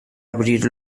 abrir